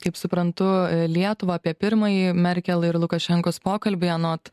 kaip suprantu lietuvą apie pirmąjį merkel ir lukašenkos pokalbį anot